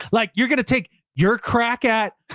like you're going to take your crack at,